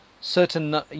certain